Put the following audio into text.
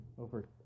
over